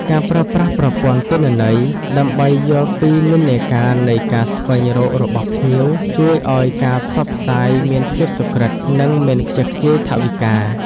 ការប្រើប្រាស់ប្រព័ន្ធទិន្នន័យ ដើម្បីយល់ពីនិន្នាការនៃការស្វែងរករបស់ភ្ញៀវ ជួយឱ្យការផ្សព្វផ្សាយមានភាពសុក្រឹត និងមិនខ្ជះខ្ជាយថវិកា។